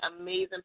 amazing